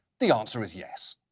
the answer is, yes.